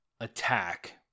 attack